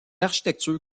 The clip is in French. architecture